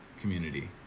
community